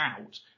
out